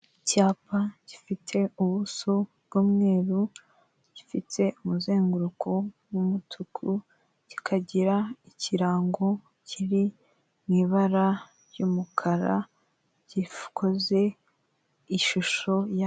Icyapa gifite ubuso bw'umweru, gifite umuzenguruko mu mutuku, kikagira ikirango kiri ibara ry'umukara gikoze ishusho ya...